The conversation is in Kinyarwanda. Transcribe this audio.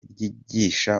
ryigisha